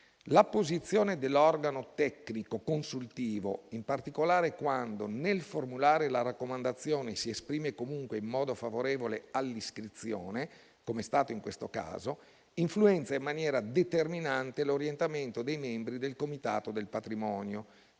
La posizione dell'organo tecnico-consultivo, in particolare quando, nel formulare la raccomandazione, si esprime comunque in modo favorevole all'iscrizione (come è stato in questo caso), influenza in maniera determinante l'orientamento dei membri del Comitato del patrimonio,